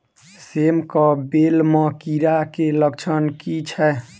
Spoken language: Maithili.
सेम कऽ बेल म कीड़ा केँ लक्षण की छै?